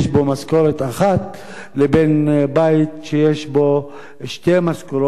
משכורת אחת לבין בית שיש בו שתי משכורות.